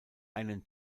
einen